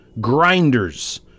grinders